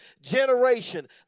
generation